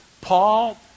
Paul